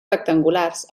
rectangulars